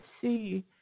see